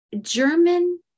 German